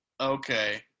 okay